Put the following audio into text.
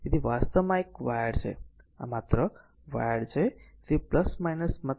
તેથી આ વાસ્તવમાં આ એક વાયર છે આ માત્ર એક વાયર છે